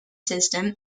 system